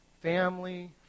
Family